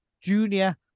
Junior